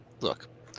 look